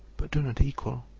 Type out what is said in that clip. but do not equal,